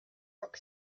rock